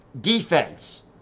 Defense